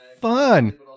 fun